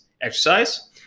exercise